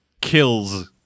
kills